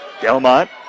Delmont